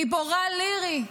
גיבורה לירי,